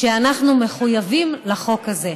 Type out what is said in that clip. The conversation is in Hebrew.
שאנחנו מחויבים לחוק הזה.